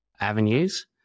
avenues